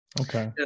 okay